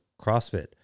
CrossFit